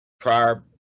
prior